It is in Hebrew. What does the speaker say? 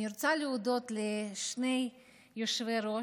אני רוצה להודות לשני יושבי-ראש,